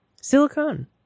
Silicone